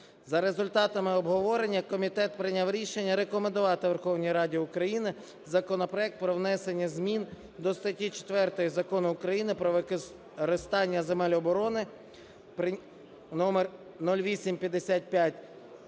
За результатами обговорення комітет прийняв рішення рекомендувати Верховній Раді України законопроект про внесення змін до статті 4 Закону України "Про використання земель оборони" (№ 0855)